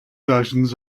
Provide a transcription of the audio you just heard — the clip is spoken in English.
versions